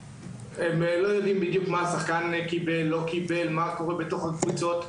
הם לא יודעים בדיוק מה השחקן קיבל או לא קיבל ומה קורה בתוך הקבוצות.